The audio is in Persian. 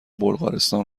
بلغارستان